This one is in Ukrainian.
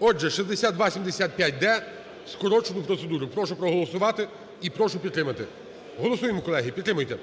Отже, 6275-д скорочену процедуру прошу проголосувати і прошу підтримати. Голосуємо, колеги, підтримуйте.